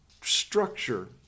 structure